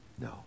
No